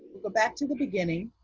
go back to the beginning.